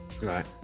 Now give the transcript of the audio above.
Right